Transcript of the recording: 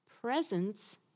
presence